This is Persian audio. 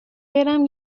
برم